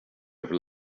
have